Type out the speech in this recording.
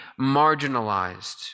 marginalized